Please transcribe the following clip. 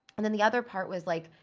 and then the other part was like,